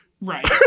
Right